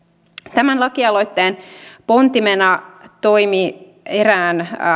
tämän lakialoitteen pontimena toimi erään